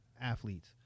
athletes